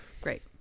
Great